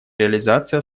реализации